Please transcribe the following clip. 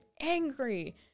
angry